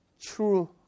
true